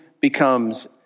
becomes